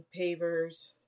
pavers